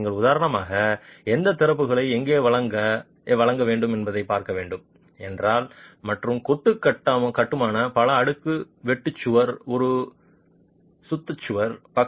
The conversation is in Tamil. எனவே நீங்கள் உதாரணமாக எந்த திறப்புகளை எங்கே வழக்கு பார்க்க வேண்டும் என்றால் மற்றும் கொத்து கட்டுமான பல அடுக்கு வெட்டு சுவர் இது ஒரு சுத்த சுவர்